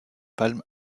palmes